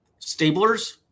Stablers